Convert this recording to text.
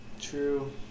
True